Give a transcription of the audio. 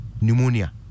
pneumonia